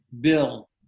bill